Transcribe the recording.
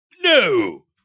No